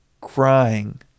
crying